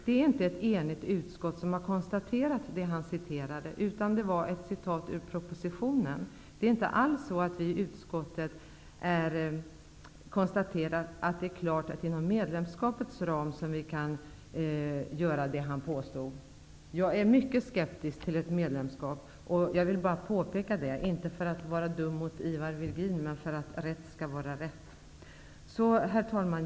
Det är inte ett enigt utskott som har konstaterat det som han citerade, utan han citerade från regeringens proposition. Vi i utskottet har alls inte konstaterat att det är klart att Sverige inom medlemskapets ram kan göra det han talade om. Själv är jag mycket skeptisk till ett medlemskap. Jag ville peka på detta -- inte för att vara dum mot Ivar Virgin utan för att rätt skall vara rätt. Herr talman!